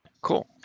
cool